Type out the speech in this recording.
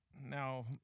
Now